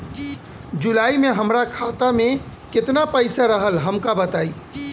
जुलाई में हमरा खाता में केतना पईसा रहल हमका बताई?